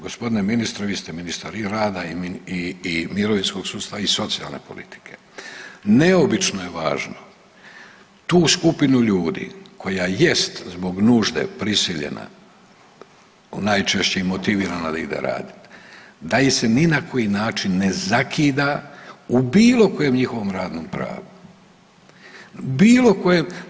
Gospodine ministre vi ste ministar i rada i mirovinskog sustava i socijalne politike, neobično je važno tu skupinu ljudi koja jest zbog nužde prisiljena najčešće i motivirana da ide raditi, da ih se ni na koji način ne zakida u bilo kojem njihovom radnom pravu, bilo kojem.